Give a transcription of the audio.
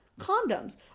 condoms